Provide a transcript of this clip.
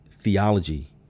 theology